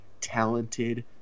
talented